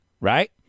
right